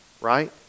right